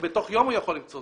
בתוך יום הוא יכול למצוא.